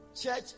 Church